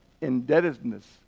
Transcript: indebtedness